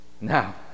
Now